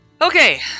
Okay